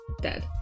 Dead